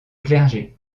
clergé